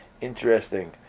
Interesting